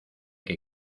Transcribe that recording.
que